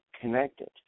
connected